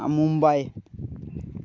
Mumbai